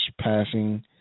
passing